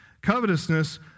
Covetousness